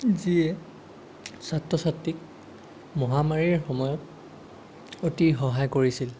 যিয়ে ছাত্ৰ ছাত্ৰীক মহামাৰীৰ সময়ত অতি সহায় কৰিছিল